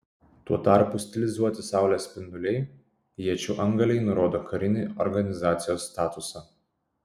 tuo tarpu stilizuoti saulės spinduliai iečių antgaliai nurodo karinį organizacijos statusą